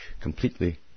completely